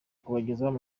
kubagezaho